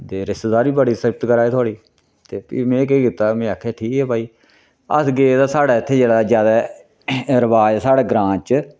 ते रिस्तेदार बी बड़ी सिवत करा दे थोआढ़ी ते फ्ही में केह् कीता में आखेआ ठीक ऐ भई अस गे तां साढ़ै इत्थै जेह्ड़ा ज्यादा रवाज ऐ साढ़ै ग्रांऽ च